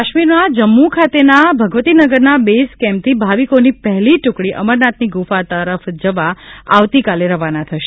કાશ્મીરના જમ્મુ ખાતેના ભગવતીનગરના બેઇઝ કેમ્પથી ભાવિકોની પહેલી ટુકડી અમરનાથની ગુફા તરફ જવા આવતીકાલે રવાના થશે